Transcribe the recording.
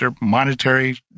monetary